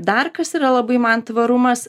dar kas yra labai man tvarumas